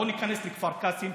בוא ניכנס לכפר קאסם,